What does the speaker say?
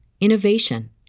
innovation